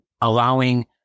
allowing